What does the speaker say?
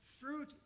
fruit